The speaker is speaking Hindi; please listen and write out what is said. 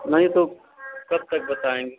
नहीं तो कब तक बताएँगे